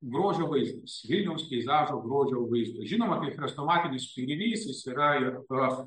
grožio vaizdai vilniaus peizažo grožio vaizdo žinoma kaip chrestomatinis kūrinys jis yra ir tas